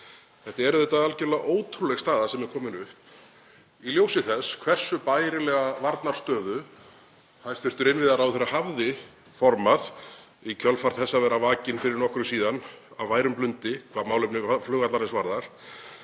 Þetta er auðvitað algjörlega ótrúleg staða sem er komin upp, í ljósi þess hversu bærilega varnarstöðu hæstv. innviðaráðherra hafði formað í kjölfar þess að vera vakinn fyrir nokkru síðan af værum blundi hvað málefni flugvallarins varðar,